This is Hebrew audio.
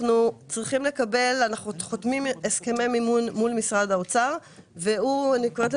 אנחנו חותמים הסכמי מימון מול משרד האוצר והוא זה